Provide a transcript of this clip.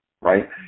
right